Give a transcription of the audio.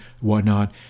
whatnot